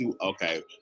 Okay